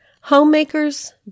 homemakers